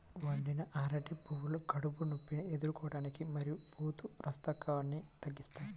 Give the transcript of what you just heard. వండిన అరటి పువ్వులు కడుపు నొప్పిని ఎదుర్కోవటానికి మరియు ఋతు రక్తస్రావాన్ని తగ్గిస్తాయి